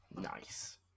Nice